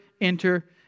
enter